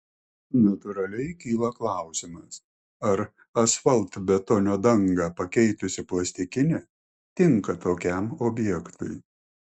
natūraliai kyla klausimas ar asfaltbetonio dangą pakeitusi plastikinė tinka tokiam objektui